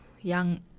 young